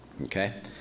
Okay